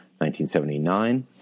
1979